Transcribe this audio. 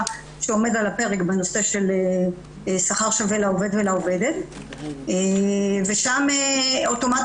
שעומד על הפרק בנושא של שכר שווה לעובד ולעובדת ושם אוטומטית